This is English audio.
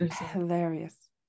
hilarious